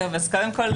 קודם כול,